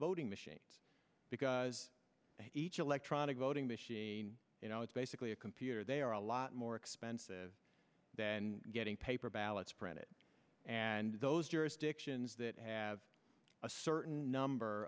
voting machines because each electronic voting machine you know it's basically a computer they are a lot more expensive than getting paper ballots printed and those jurisdictions that have a certain number